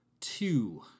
two